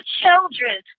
children